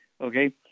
okay